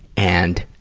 and